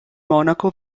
monaco